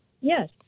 Yes